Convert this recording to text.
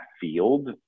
field